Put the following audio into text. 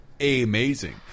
amazing